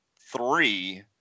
three